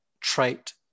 trait